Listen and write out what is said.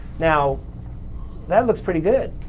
now that looks pretty good.